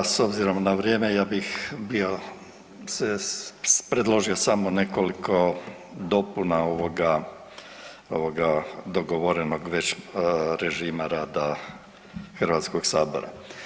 S obzirom na vrijeme ja bih bio se predložio samo nekoliko dopuna ovog dogovorenog već režima rada Hrvatskog sabora.